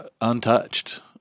untouched